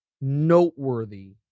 noteworthy